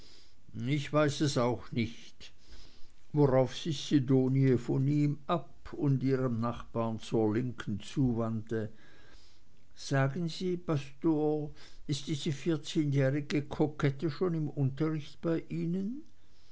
ich weiß es auch nicht worauf sich sidonie von ihm ab und ihrem nachbarn zur linken zuwandte sagen sie pastor ist diese vierzehnjährige kokette schon im unterricht bei ihnen